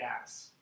gas